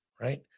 right